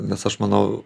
nes aš manau